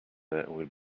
will